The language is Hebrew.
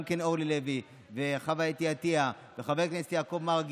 גם אורלי לוי וחוה אתי עטייה וחבר הכנסת יעקב מרגי,